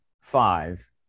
five